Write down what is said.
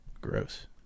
Gross